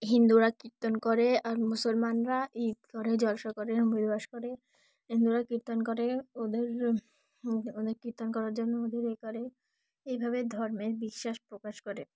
হিন্দুরা কীর্তন করে আর মুসলমানরা ঈদ করে জলসা করে নবী দিবস করে হিন্দুরা কীর্তন করে ওদের ওদের ওদের কীর্তন করার জন্য ওদের এ করে এইভাবে ধর্মের বিশ্বাস প্রকাশ করে